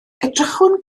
edrychwn